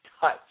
Touch